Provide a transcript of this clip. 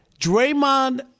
Draymond